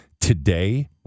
Today